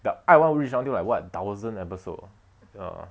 the 爱 [one] reach until like what thousand episode ah cannot ah